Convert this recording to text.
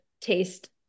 taste